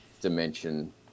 Dimension